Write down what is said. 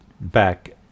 back